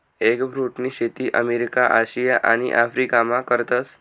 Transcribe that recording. एगफ्रुटनी शेती America, Asia आणि आफरीकामा करतस